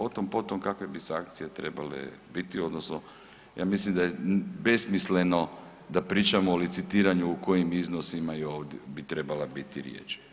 Otom-potom kakve bi sankcije trebale biti odnosno ja mislim da je besmisleno da pričamo o licitiranju u kojim iznosima bi trebala biti riječ.